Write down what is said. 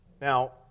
Now